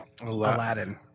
Aladdin